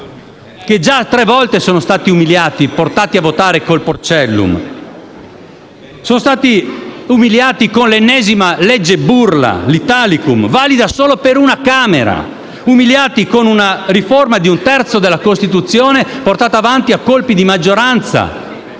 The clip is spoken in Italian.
che già tre volte sono stati umiliati e portati a votare con il Porcellum, che sono stati umiliati dall'ennesima legge burla - l'Italicum - valida solo per una Camera, e dalla riforma di un terzo della Costituzione, portata avanti a colpi di maggioranza,